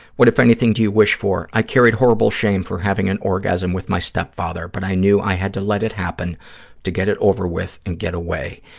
what, if anything, do you wish for? i carried horrible shame for having an orgasm with my stepfather, but i knew i had to let it happen to get it over with and get away.